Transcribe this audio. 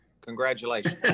Congratulations